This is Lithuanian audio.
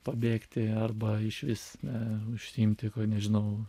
pabėgti arba išvis ne užsiimti nežinau